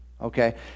okay